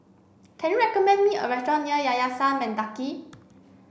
can you recommend me a restaurant near Yayasan Mendaki